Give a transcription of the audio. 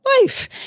life